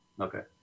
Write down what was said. Okay